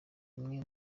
imwe